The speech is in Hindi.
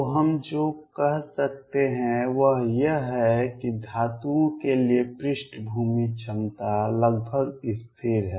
तो हम जो कह सकते हैं वह यह है कि धातुओं के लिए पृष्ठभूमि क्षमता लगभग स्थिर है